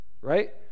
Right